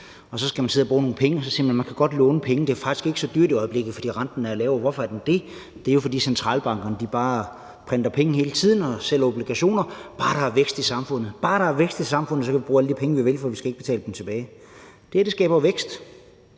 og så skal man bruge nogle penge, og så siger man: Man kan godt låne penge, det er faktisk ikke så dyrt i øjeblikket, fordi renten er lav. Og hvorfor er den det? Det er den jo, fordi centralbankerne bare printer penge hele tiden og sælger obligationer. Bare der er vækst i samfundet. Bare der er vækst i samfundet, kan vi bruge alle de penge, vi vil, for vi skal ikke betale dem tilbage. Det er det, der skaber vækst.